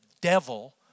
devil